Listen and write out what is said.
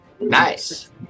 Nice